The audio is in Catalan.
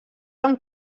amb